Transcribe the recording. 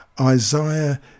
Isaiah